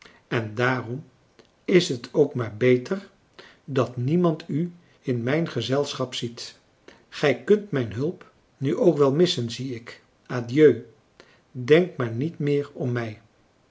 en daarom is het ook maar beter dat niemand u in mijn gezelschap ziet gij kunt mijn hulp nu ook wel missen zie ik adieu denk maar niet meer om mij